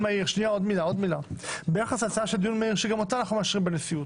מהיר שגם אותה אנחנו מאשרים בנשיאות.